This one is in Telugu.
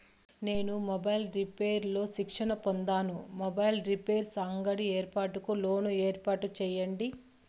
నేను మొబైల్స్ రిపైర్స్ లో శిక్షణ పొందాను, మొబైల్ రిపైర్స్ అంగడి ఏర్పాటుకు లోను ఏర్పాటు సేయండి?